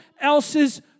else's